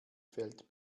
fällt